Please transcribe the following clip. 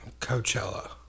Coachella